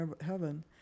heaven